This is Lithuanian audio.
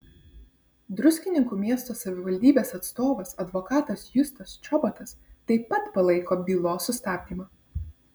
druskininkų miesto savivaldybės atstovas advokatas justas čobotas taip pat palaiko bylos sustabdymą